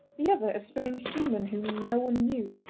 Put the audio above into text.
the other a strange seaman whom no one knew.